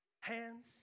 Hands